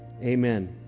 Amen